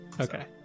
Okay